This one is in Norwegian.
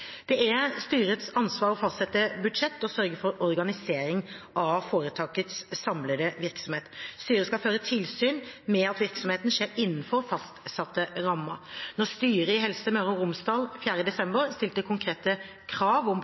Det er styrets ansvar å fastsette budsjett og sørge for organisering av foretakets samlede virksomhet. Styret skal føre tilsyn med at virksomheten skjer innenfor fastsatte rammer. Når styret i Helse Møre og Romsdal 4. desember stilte konkrete krav om